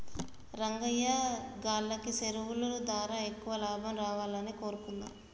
రంగయ్యా గాల్లకి సెరువులు దారా ఎక్కువ లాభం రావాలని కోరుకుందాం